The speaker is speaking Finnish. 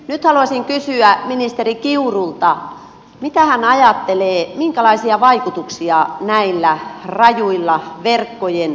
nyt haluaisin kysyä ministeri kiurulta mitä hän ajattelee minkälaisia vaikutuksia tällä rajulla verkkojen karsimisella on